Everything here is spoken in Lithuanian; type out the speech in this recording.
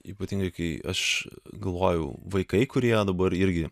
ypatingai kai aš galvojau vaikai kurie dabar irgi